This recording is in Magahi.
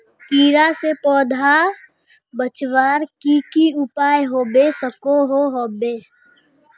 कीड़ा से पौधा बचवार की की उपाय होबे सकोहो होबे?